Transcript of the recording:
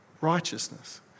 righteousness